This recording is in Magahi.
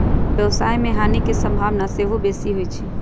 व्यवसाय में हानि के संभावना सेहो बेशी होइ छइ